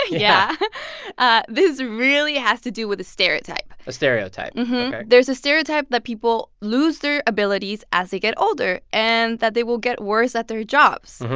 yeah ah this really has to do with a stereotype a stereotype, ok there's a stereotype that people people lose their abilities as they get older and that they will get worse at their jobs.